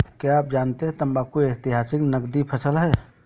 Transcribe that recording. क्या आप जानते है तंबाकू ऐतिहासिक नकदी फसल है